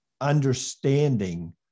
understanding